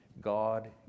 God